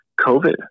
COVID